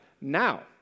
Now